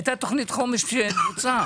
היתה תוכנית חומש שבוצעה.